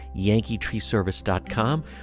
yankeetreeservice.com